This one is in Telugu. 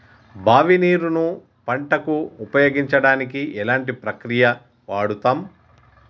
బావి నీరు ను పంట కు ఉపయోగించడానికి ఎలాంటి ప్రక్రియ వాడుతం?